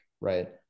right